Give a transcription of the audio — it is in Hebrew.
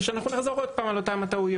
ויכולים לחזור עליהן שוב.